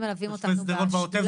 הם מלווים אותנו --- תושבי שדרות והעוטף